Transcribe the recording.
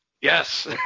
Yes